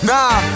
Nah